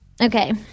Okay